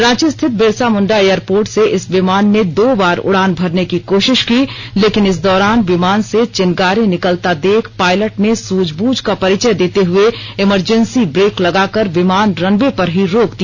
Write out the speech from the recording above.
रांची स्थित बिरसा मुंडा एयरपोर्ट से इस विमान ने दो बार उड़ान भरने की कोशिश की लेकिन इस दौरान विमान से चिंगारी निकलता देख पायलट ने सूझबूझ का परिचय देते हुए इमरजेंसी ब्रेक लगाकर विमान रनवे पर ही रोक दिया